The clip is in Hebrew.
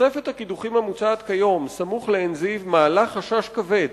תוספת הקידוחים המוצעת כיום סמוך לעין-זיו מעלה חשש כבד